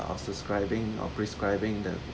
subscribing or prescribing the